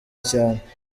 cyane